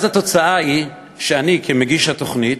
אז התוצאה היא שאני, כמגיש התוכנית,